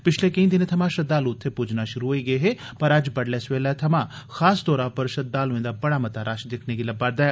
पिच्छले केई दिनें थमां श्रद्वालू उत्थें पुज्जना शुरु होई गे हे पर अज्ज बड्डलै सवेला थमां खास तौर उप्पर श्रद्वालुएं दा बड़ा मता रश दिक्खने गी लब्बा'रदा ऐ